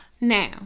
Now